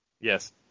Yes